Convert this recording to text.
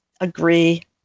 agree